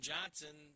Johnson